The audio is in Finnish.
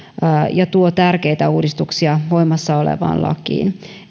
ja tuo tärkeitä uudistuksia voimassa olevaan lakiin